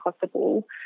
possible